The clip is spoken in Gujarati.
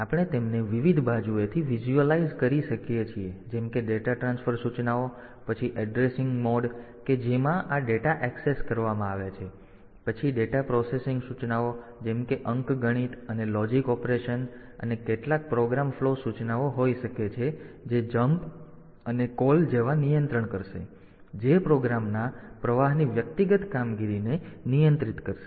તેથી આપણે તેમને વિવિધ બાજુએથી વિઝ્યુઅલાઈઝ કરી શકીએ છીએ જેમ કે ડેટા ટ્રાન્સફર સૂચનાઓ પછી એડ્રેસિંગ મોડ કે જેમાં આ ડેટા એક્સેસ કરવામાં આવે છે પછી ડેટા પ્રોસેસિંગ સૂચનાઓ જેમ કે અંકગણિત અને લોજિક ઓપરેશન અને કેટલાક પ્રોગ્રામ ફ્લો સૂચનાઓ હોઈ શકે છે જે JUMP અને CALL જેવા નિયંત્રણ કરશે જે પ્રોગ્રામના પ્રવાહની વ્યક્તિગત કામગીરીને નિયંત્રિત કરશે